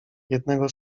jednego